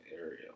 area